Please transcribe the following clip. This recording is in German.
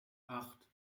acht